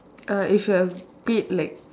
uh if you've paid like